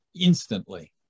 instantly